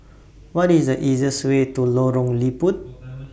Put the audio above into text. What IS The easiest Way to Lorong Liput